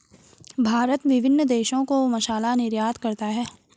भारत विभिन्न देशों को मसाला निर्यात करता है